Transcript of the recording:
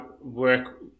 work